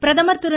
பிரதமர் திரு